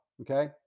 Okay